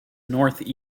north